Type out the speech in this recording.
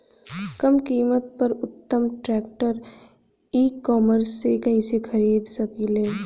कम कीमत पर उत्तम ट्रैक्टर ई कॉमर्स से कइसे खरीद सकिले?